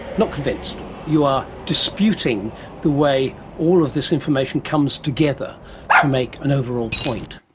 not convinced', you are disputing the way all of this information comes together to make an overall point.